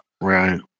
Right